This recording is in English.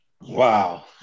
Wow